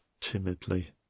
timidly